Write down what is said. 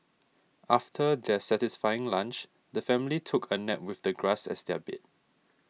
after their satisfying lunch the family took a nap with the grass as their bed